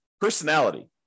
personality